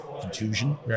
contusion